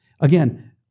again